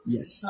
Yes